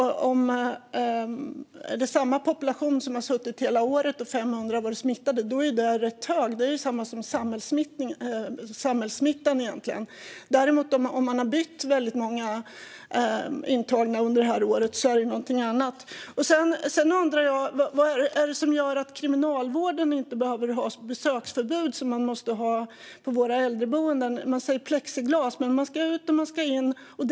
Om det är samma population som har suttit där hela året och 500 personer har varit smittade är det en rätt hög siffra; det är egentligen samma som samhällssmittan. Om väldigt många intagna däremot har bytts ut under det här året är det någonting annat. Jag undrar också vad det är som gör att kriminalvården inte behöver ha besöksförbud, som våra äldreboenden måste ha. Det talas om plexiglas, men människor ska ut och in.